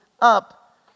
up